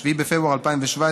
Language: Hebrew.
חבריי חברי הכנסת,